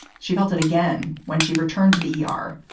she felt it again when she returned to the e r.